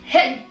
Hey